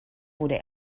wurde